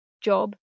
job